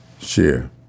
share